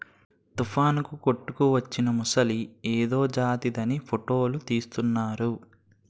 తుఫానుకు కొట్టుకువచ్చిన మొసలి ఏదో జాతిదని ఫోటోలు తీసుకుంటున్నారు